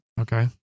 Okay